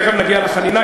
תכף נגיע לחנינה,